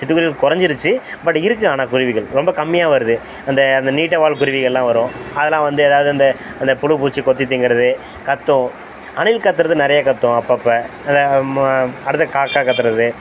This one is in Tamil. சிட்டுக்குருவி குறஞ்சிருச்சு பட் இருக்குது ஆனால் குருவிகள் ரொம்ப கம்மியாக வருது அந்த அந்த நீட்டவால் குருவிகள்லாம் வரும் அதெல்லாம் வந்து ஏதாவது அந்த அந்த புழு பூச்சி கொத்தித் திங்கிறது கத்தும் அணில் கத்துறது நிறைய கத்தும் அப்பப்போ அதுதான் அடுத்த காக்கா கத்துறது